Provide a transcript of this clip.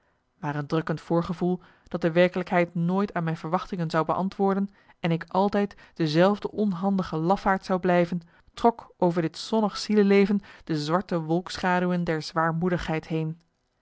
maar een drukkend voorgevoel dat de werkelijkheid nooit aan mijn verwachtingen zou beantwoorden en ik altijd dezelfde onhandige lafaard zou blijven trok over dit zonnig zieleleven de zwarte wolkschaduwen der zwaarmoedigheid heen